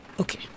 Okay